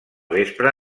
vespre